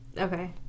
Okay